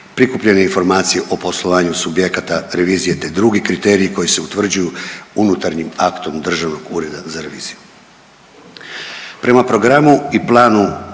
prikupljene informacije o poslovanju subjekata revizije te drugi kriteriji koji se utvrđuju unutarnjim aktom Državnog ureda za reviziju.